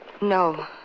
No